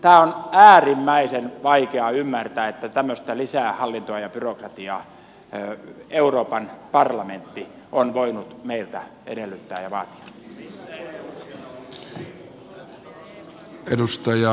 on äärimmäisen vaikea ymmärtää että tämmöistä lisähallintoa ja byrokratiaa euroopan parlamentti on voinut meiltä edellyttää ja vaatia